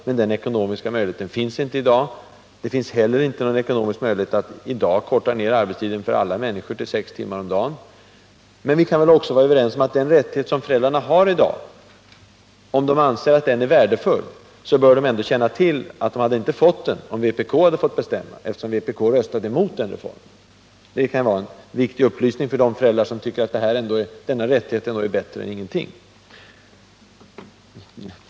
Den ekonomiska möjligheten finns inte i dag. Det finns inte heller någon ekonomisk möjlighet att i dag korta ned arbetstiden för alla människor till sex timmar om dagen. Vi kan väl också vara överens om att föräldrarna bör känna till, att de inte hade fått den rättighet som de har i dag — som en del anser är värdefull — om vpk hade fått bestämma, eftersom vpk röstade emot den reformen. Det kan vara en viktig upplysning för de föräldrar som tycker att denna rättighet är bättre än ingenting.